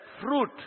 fruit